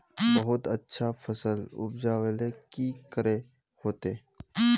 बहुत अच्छा फसल उपजावेले की करे होते?